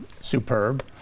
superb